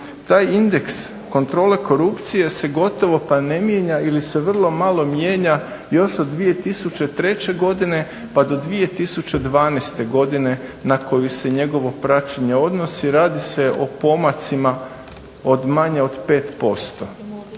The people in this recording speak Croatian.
taj indeks kontrole korupcije se gotovo pa ne mijenja ili se vrlo malo mijenja još od 2003.godine pa do 2012.godine na koju se njegovo praćenje odnosi. Radi se o pomacima od manje od 5%